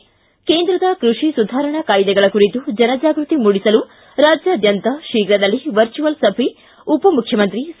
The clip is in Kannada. ಿ ಕೇಂದ್ರದ ಕೃಷಿ ಸುಧಾರಣಾ ಕಾಯ್ದೆಗಳ ಕುರಿತು ಜನಜಾಗೃತಿ ಮೂಡಿಸಲು ರಾಜ್ಯಾದ್ದಂತ ಶೀಘದಲ್ಲೇ ವರ್ಚುವಲ್ ಸಭೆ ಉಪಮುಖ್ಚಮಂತ್ರಿ ಸಿ